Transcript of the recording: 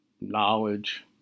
knowledge